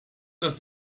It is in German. dass